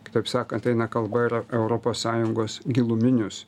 kitaip sakant eina kalba yra europos sąjungos giluminius